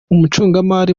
umucungamari